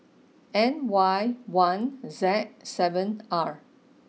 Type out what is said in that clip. N Y one Z seven R